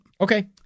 Okay